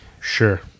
Sure